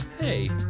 Hey